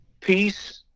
Peace